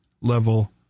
level